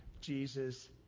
Jesus